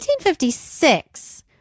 1856